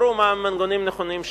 ידברו מה המנגנונים הנכונים,